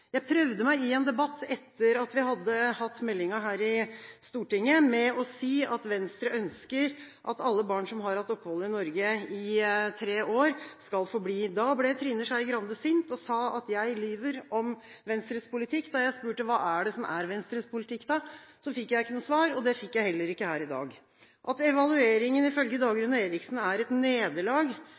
Jeg prøvde meg i en debatt etter at vi hadde hatt meldingen til behandling her i Stortinget, med å si at Venstre ønsker at alle barn som har hatt opphold i Norge i tre år, skal få bli. Da ble Trine Skei Grande sint og sa at jeg lyver om Venstres politikk. Da jeg spurte om hva som da er Venstres politikk, fikk jeg ikke noe svar – og det fikk jeg heller ikke her i dag. Evalueringen er ifølge Dagrun Eriksen et nederlag.